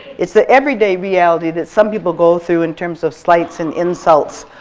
it's the everyday reality that some people go through in terms of slights and insults